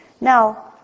Now